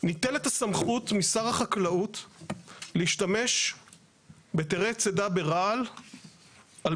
ניטלת הסמכות משר החקלאות להשתמש בהיתרי צידה ברעל על